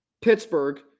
Pittsburgh